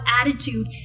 attitude